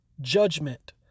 judgment